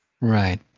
Right